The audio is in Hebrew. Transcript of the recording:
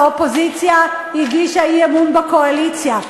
האופוזיציה הגישה אי-אמון בקואליציה.